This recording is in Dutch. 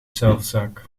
zelfzaak